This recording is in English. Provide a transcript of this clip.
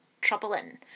troubling